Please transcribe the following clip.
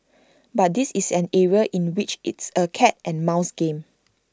but this is an area in which it's A cat and mouse game